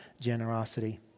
generosity